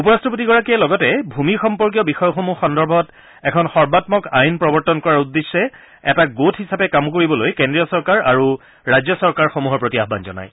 উপৰাট্টপতিয়ে লগতে ভুমি সম্পৰ্কীয় বিষয়সমূহ সন্দৰ্ভত এখন সৰ্বাঘক আইন প্ৰৱৰ্তন কৰাৰ উদ্দেশ্যে এটা গোট হিচাপে কাম কৰিবলৈ কেন্দ্ৰীয় চৰকাৰ আৰু ৰাজ্য চৰকাৰসমূহৰ প্ৰতি আহান জনায়